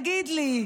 תגיד לי.